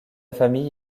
famille